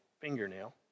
fingernail